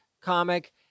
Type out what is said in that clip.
comic